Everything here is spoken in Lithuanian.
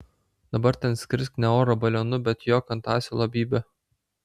dabar ten skrisk ne oro balionu bet jok ant asilo bybio